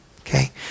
Okay